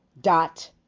dot